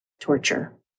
torture